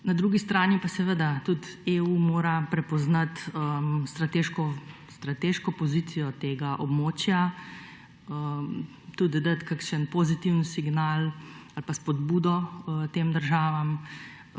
Na drugi strani pa mora seveda tudi EU prepoznati strateško pozicijo tega območja, tudi dati kakšen pozitiven signal ali pa spodbudo tem državam,